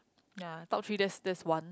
ya top three that's that's one